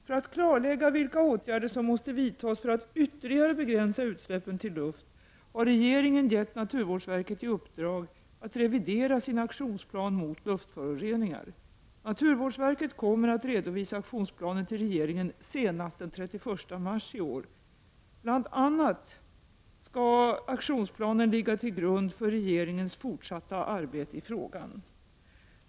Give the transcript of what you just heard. För att klarlägga vilka åtgärder som måste vidtas för att ytterligare begränsa utsläppen till luft har regeringen gett naturvårdsverket i uppdrag att revidera sin aktionsplan mot luftföroreningar. Naturvårdsverket kommer att redovisa aktionsplanen till regeringen senast den 31 mars i år. Aktionsplanen skall bl.a. ligga till grund för regeringens fortsatta arbete i frågan.